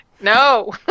No